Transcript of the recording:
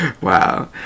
Wow